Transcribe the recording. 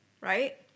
right